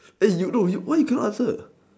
you no you why you cannot answer